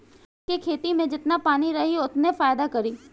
jute के खेती में जेतना पानी रही ओतने फायदा करी